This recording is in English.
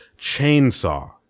chainsaw